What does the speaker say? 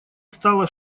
стала